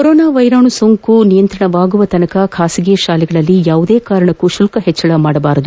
corona ವೈರಾಣು ಸೋಂಕು ನಿಯಂತ್ರಣವಾಗುವ ತನಕ ಖಾಸಗಿ ಶಾಲೆಗಳಲ್ಲಿ ಯಾವುದೇ ಕಾರಣಕ್ಕೂ ಶುಲ್ಕ ಹೆಚ್ಚಳ ಮಾಡಬಾರದು